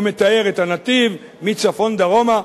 הוא מתאר את הנתיב מצפון דרומה,